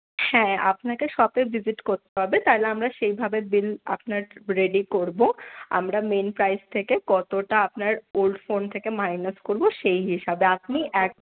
হ্যাঁ আপনাকে শপে ভিজিট করতে হবে তা নাহলে আমরা সেইভাবে বিল আপনার রেডি করবো আমরা মেইন প্রাইস থেকে কতটা আপনার ওল্ড ফোন থেকে মাইনাস করবো সেই হিসাবে আপনি এক